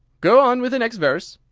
go on with the next verse,